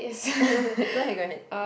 go ahead go ahead